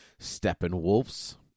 Steppenwolf's